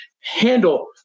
handle